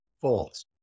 false